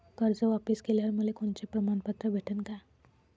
कर्ज वापिस केल्यावर मले कोनचे प्रमाणपत्र भेटन का?